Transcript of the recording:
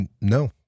No